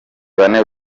bane